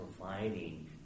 providing